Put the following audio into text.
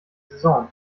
saison